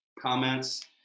comments